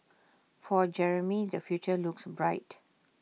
for Jeremy the future looks bright